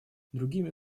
другими